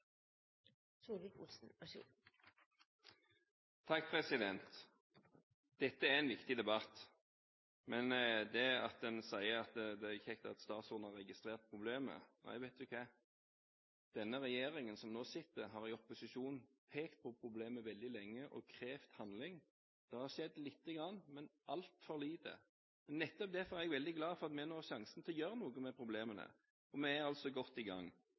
har registrert problemet – nei, vet du hva! Denne regjeringen som nå sitter, har i opposisjon pekt på problemet veldig lenge og krevd handling. Det har skjedd lite grann, men altfor lite. Nettopp derfor er jeg veldig glad for at vi nå har sjansen til å gjøre noe med problemene, og vi er altså godt i gang.